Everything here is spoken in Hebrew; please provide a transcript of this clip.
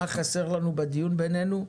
מה חסר לנו בדיון בינינו?